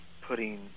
putting